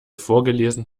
vorgelesen